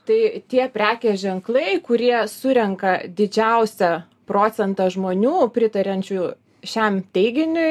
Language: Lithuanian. tai tie prekės ženklai kurie surenka didžiausią procentą žmonių pritariančių šiam teiginiui